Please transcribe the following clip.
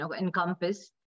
encompass